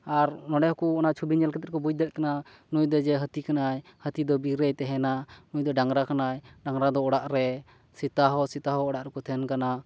ᱟᱨ ᱱᱚᱰᱮ ᱦᱚᱸᱠᱚ ᱚᱱᱟ ᱪᱷᱩᱵᱤ ᱧᱮᱞ ᱠᱟᱛᱮᱫ ᱵᱩᱡ ᱫᱟᱲᱮᱜ ᱠᱟᱱᱟ ᱱᱩᱭ ᱡᱮ ᱦᱟᱹᱛᱤ ᱠᱟᱱᱟᱭ ᱦᱟᱹᱛᱤ ᱫᱚ ᱵᱤᱨᱮᱭ ᱛᱟᱦᱮᱸᱱᱟ ᱢᱩᱭ ᱫᱚᱭ ᱰᱟᱝᱨᱟ ᱠᱟᱱᱟᱭ ᱰᱟᱝᱨᱟ ᱫᱚ ᱚᱲᱟᱜ ᱨᱮ ᱥᱮᱛᱟ ᱥᱮᱛᱟ ᱦᱚᱸ ᱚᱲᱟᱜ ᱨᱮᱠᱚ ᱛᱟᱦᱮᱸᱱ ᱠᱟᱱᱟ